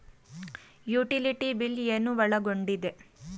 Utility bill ಏನು ಒಳಗೊಂಡಿದೆ?